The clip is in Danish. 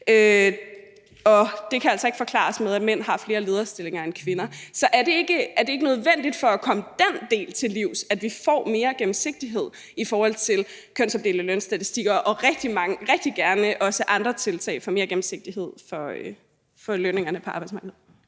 og det kan altså ikke forklares med, at mænd har flere lederstillinger end kvinder. Så er det ikke nødvendigt for at komme den del til livs, at vi får mere gennemsigtighed i forhold til kønsopdelte lønstatistikker og rigtig gerne også andre tiltag for mere gennemsigtighed for lønningerne på arbejdsmarkedet?